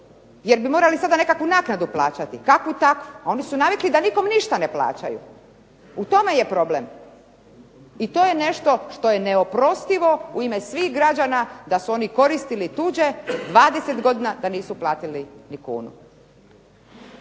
Jer bi morali sada nekakvu naknadu plaćati, kakvu takvu. Oni su navikli da nikom ništa ne plaćaju, u tome je problem. I to je nešto što je neoprostivo u ime svih građana da su oni koristili tuđe 20 godina, a da nisu platili ni kunu.